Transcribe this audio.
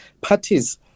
parties